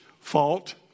fault